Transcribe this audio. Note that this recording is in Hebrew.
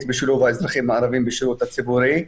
בשילוב האזרחים הערבים בשירות הציבורי,